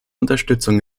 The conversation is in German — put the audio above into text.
unterstützung